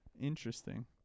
Interesting